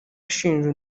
ashinja